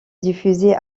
diffusé